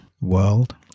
world